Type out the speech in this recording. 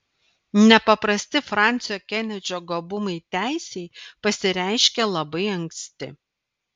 nepaprasti fransio kenedžio gabumai teisei pasireiškė labai anksti